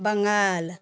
Bengal